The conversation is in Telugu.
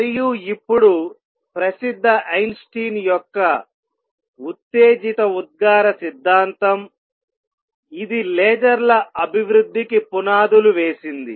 మరియు ఇప్పుడు ప్రసిద్ధ ఐన్స్టీన్ యొక్క ఉత్తేజిత ఉద్గార సిద్ధాంతం ఇది లేజర్ల అభివృద్ధికి పునాదులు వేసింది